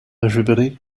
everybody